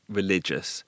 religious